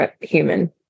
human